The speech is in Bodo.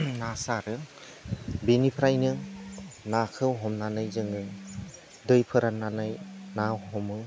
ना सारो बिनिफ्रायनो नाखौ हमनानै जोङो दै फोराननानै ना हमो